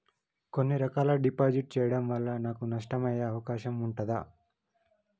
కొన్ని రకాల డిపాజిట్ చెయ్యడం వల్ల నాకు నష్టం అయ్యే అవకాశం ఉంటదా?